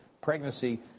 pregnancy